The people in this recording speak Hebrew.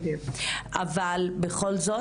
אבל בכל זאת,